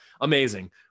amazing